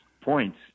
points